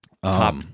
top